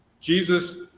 jesus